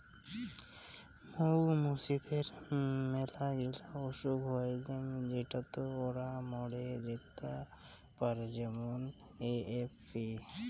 মৌ মুচিদের মেলাগিলা অসুখ হই যেটোতে ওরা মরে যেতে পারে যেমন এ.এফ.বি